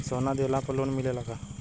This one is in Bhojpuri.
सोना दिहला पर लोन मिलेला का?